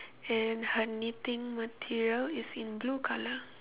and her knitting material is in blue colour